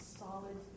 solid